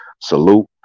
salute